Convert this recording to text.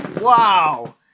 Wow